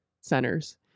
centers